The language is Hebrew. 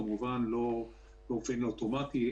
כמובן לא באופן אוטומטי,